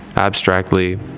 abstractly